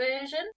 version